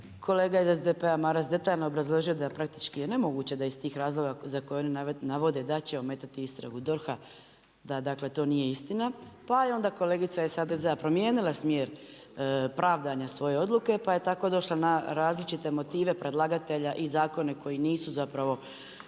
kolega iz SDP-a Maras detaljno obrazložio da praktički nemoguće da iz tih razloga za koje oni navode da će ometati istragu DORH-a, da to nije istina, pa je onda kolegica iz HDZ-a promijenila smjer pravdanja svoje odluke, pa je tako došla na različite motive predlagatelja i zakone koji nisu točni,